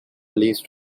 least